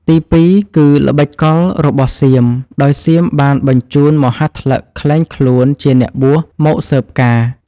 ទីពីរគឺ ល្បិចកលរបស់សៀម ដោយ សៀមបានបញ្ជូនមហាតលិកក្លែងខ្លួនជាអ្នកបួស មកស៊ើបការណ៍។